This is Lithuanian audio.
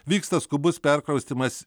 vyksta skubus perkraustymas